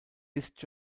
ist